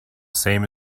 same